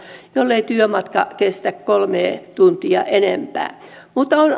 jollei työmatka kestä kolmea tuntia enempää mutta